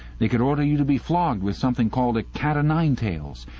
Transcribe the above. they could order you to be flogged with something called a cat-o'-nine tails.